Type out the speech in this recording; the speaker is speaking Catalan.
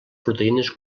proteïnes